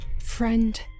friend